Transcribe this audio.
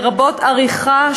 לרבות עריכה,